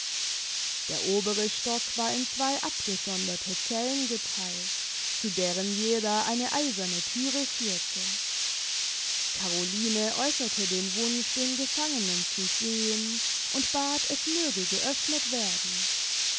der obere stock war in zwei abgesonderte zellen getheilt zu deren jeder eine eiserne thüre führte caroline äußerte den wunsch den gefangenen zu sehen und bat es möge geöffnet werden